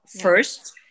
first